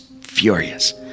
furious